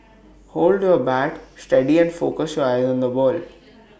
hold your bat steady and focus your eyes on the ball